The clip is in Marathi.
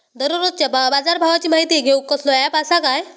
दररोजच्या बाजारभावाची माहिती घेऊक कसलो अँप आसा काय?